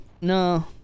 No